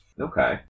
Okay